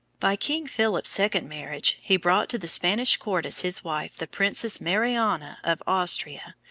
by king philip's second marriage he brought to the spanish court as his wife the princess mariana of austria,